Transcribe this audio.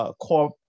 core